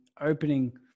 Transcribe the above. opening